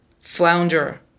flounder